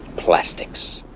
plastics.